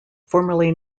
formerly